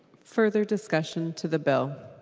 further discussion to the bill?